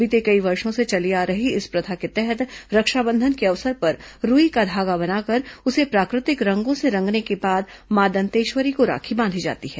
बीते कई वर्षो से चली आ रही इस प्रथा के तहत रक्षाबंधन के अवसर पर रूई का धागा बनाकर उसे प्राकृतिक रंगों से रंगने के बाद मां दंतेश्वरी को राखी बांधी जाती है